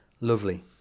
Lovely